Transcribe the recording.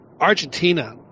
argentina